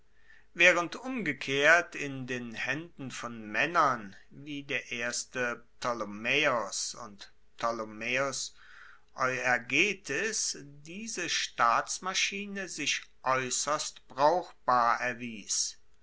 waehrend umgekehrt in den haenden von maennern wie der erste ptolemaeos und ptolemaeos euergetes diese staatsmaschine sich aeusserst brauchbar erwies